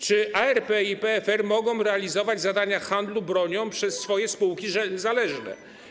Czy ARP i PFR mogą realizować zadania handlu bronią przez swoje spółki zależne?